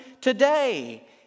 today